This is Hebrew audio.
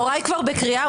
(חבר הכנסת אלעזר שטרן יוצא מהוועדה.) יוראי כבר בקריאה?